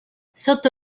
sotto